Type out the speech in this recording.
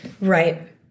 Right